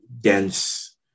dense